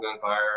gunfire